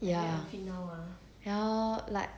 ya ya lor like